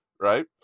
right